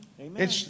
Amen